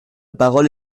parole